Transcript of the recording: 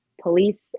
police